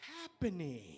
happening